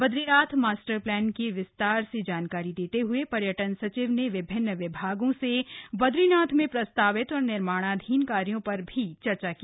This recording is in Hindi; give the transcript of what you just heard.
बद्रीनाथ मास्टर प्लान की विस्तार से जानकारी देते ह्ए पर्यटन सचिव ने विभिन्न विभागों से बद्रीनाथ में प्रस्तावित और निर्माणाधीन कार्यों पर भी चर्चा की